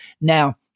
Now